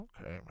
Okay